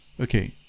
Okay